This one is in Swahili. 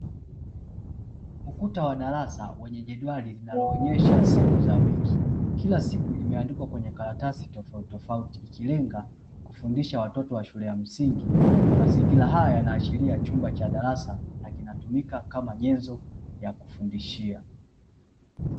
Ukuta wa darasa wenye jedwali, zinazoonyesha siku za wiki kila siku, imeandikwa kwenye karatasi tofautito fauti, ikilenga kufundisha watoto wa shule ya msingi. Mazingira haya yanaashiria chumba cha darasa na kinatumika kama nyenzo ya kufundishia.